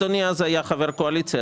אדוני אז היה חבר קואליציה,